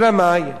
אלא מאי?